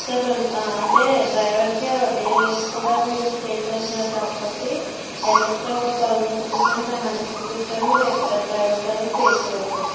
sir అంటే డ్రైవర్కే day కూడా మీరు స్టే చేస్తున్నారు కాబట్టి ఎగస్ట్రాగా థౌజండ్ రూపీస్ కానీ ఫైవ్ హండ్రెడ్ రూపీస్ కాని మీరు డ్రైవర్కి అనేది పే చేయాలి సార్